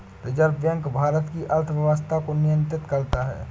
reserve bank Bharat की अर्थव्यवस्था को नियन्त्रित करता है